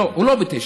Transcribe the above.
הוא לא ב-922,